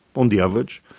on the average,